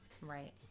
Right